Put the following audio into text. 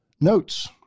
Notes